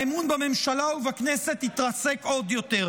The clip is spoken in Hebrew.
האמון בממשלה ובכנסת התרסק עוד יותר.